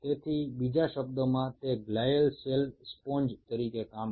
অন্যভাবে বলতে গেলে এই গ্লিয়ালকোষগুলো স্পঞ্জের মতো কাজ করে